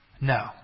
No